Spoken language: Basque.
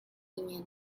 ginen